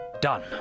done